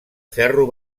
ferro